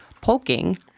poking